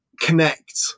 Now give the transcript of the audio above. connect